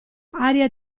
aria